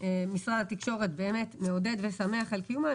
שמשרד התקשורת באמת מעודד ושמח על קיומם,